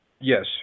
Yes